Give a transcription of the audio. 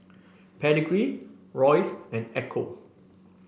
Pedigree Royce and Ecco